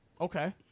Okay